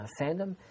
fandom